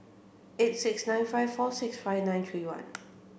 eight six nine five four six five nine three one